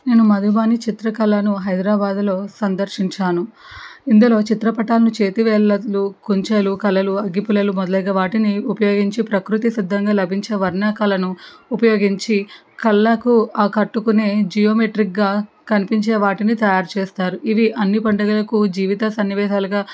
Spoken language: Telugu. నేను మధువాణి చిత్రకళను హైదరాబాదులో సందర్శించాను ఇందులో చిత్రపటాలను చేతివేళ్ళలో కుంచెలు కలలు అగ్గిపుల్లలు మొదలగువాటిని ఉపయోగించి ప్రకృతి సిద్ధంగా లభించే వర్ణకలను ఉపయోగించి కళ్ళకు ఆకట్టుకునే జియోమెట్రిక్గా కనిపించే వాటిని తయారు చేస్తారు ఇవి అన్ని పండగలకు జీవిత సన్నివేశాలుగా